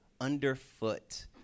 underfoot